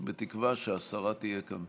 בתקווה שהשרה תהיה כאן.